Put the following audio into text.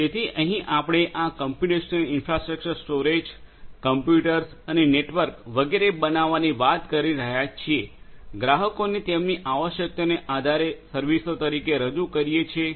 તેથી અહીં આપણે આ કમ્પ્યુટેશનલ ઇન્ફ્રાસ્ટ્રક્ચર સ્ટોરેજ કમ્પ્યુટર્સ અને નેટવર્ક વગેરે બનાવવાની વાત કરી રહ્યા છીએ ગ્રાહકોને તેમની આવશ્યકતાઓના આધારે સર્વિસો તરીકે રજુ કરીએ છીએ